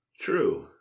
True